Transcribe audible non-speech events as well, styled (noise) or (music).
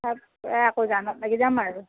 (unintelligible) আৰু